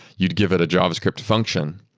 you'd give it a javascript function.